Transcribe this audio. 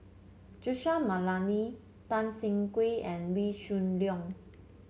Joseph McNally Tan Siah Kwee and Wee Shoo Leong